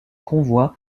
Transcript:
convoi